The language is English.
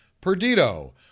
Perdido